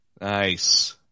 Nice